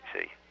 see